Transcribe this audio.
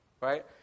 right